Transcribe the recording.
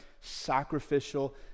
sacrificial